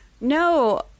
No